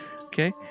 okay